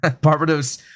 Barbados